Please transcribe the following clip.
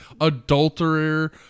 adulterer